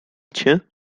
cię